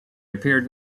appeared